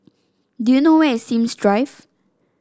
do you know where is Sims Drive